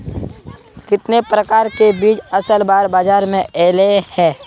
कितने प्रकार के बीज असल बार बाजार में ऐले है?